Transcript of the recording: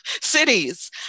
cities